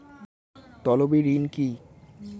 তলবি ঋণ কি?